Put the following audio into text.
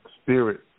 spirit